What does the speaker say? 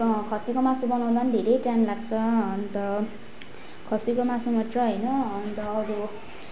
खसीको मासु बनाउँदा पनि धेरै टाइम लाग्छ अन्त खसीको मासु मात्र होइन अन्त अरू